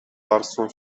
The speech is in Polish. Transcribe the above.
warstwą